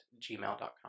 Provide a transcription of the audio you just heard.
gmail.com